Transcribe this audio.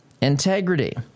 integrity